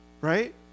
Right